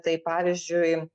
tai pavyzdžiui